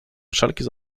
wszelkie